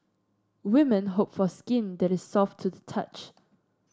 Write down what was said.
women hope for skin that is soft to the touch